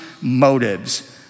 motives